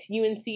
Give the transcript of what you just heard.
UNC